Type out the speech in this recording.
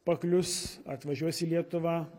paklius atvažiuos į lietuvą